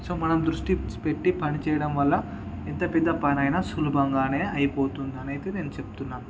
so మనం దృష్టి పెట్టి పనిచేయడం వల్ల ఎంత పెద్ద పని అయినా సులభంగానే అయిపోతుంది అని అయితే నేను చెప్తున్నా